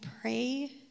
pray